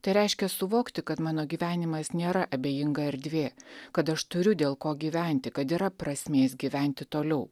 tai reiškia suvokti kad mano gyvenimas nėra abejinga erdvė kad aš turiu dėl ko gyventi kad yra prasmės gyventi toliau